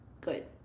good